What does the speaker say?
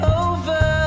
over